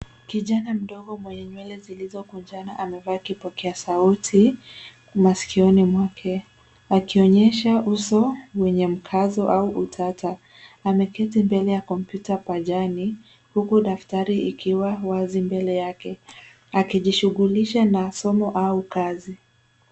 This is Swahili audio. Kijana mdogo mwenye nywele zilizokunjana amevaa kipokea sauti masikioni mwake akionyesha uso wenye mkazo au utata. Ameketi mbele ya kompyuta pajani huku daftari ikiwa wazi mbele yake ajishughulisha na somo au kazi.